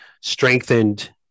strengthened